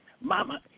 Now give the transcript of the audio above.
Mama